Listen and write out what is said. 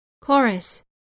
chorus